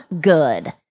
good